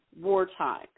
wartime